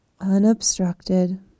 unobstructed